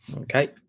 Okay